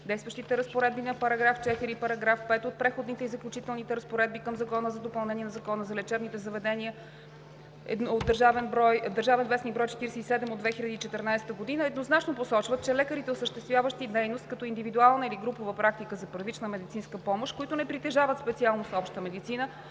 Действащите разпоредби на § 4 и § 5 от Преходните и заключителните разпоредби към Закона за допълнение на Закона за лечебните заведения (ДВ, бр. 47 от 2014 г.) еднозначно посочват, че лекарите, осъществяващи дейност като индивидуална или групова практика за първична медицинска помощ, които не притежават специалност „Обща медицина“,